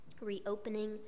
reopening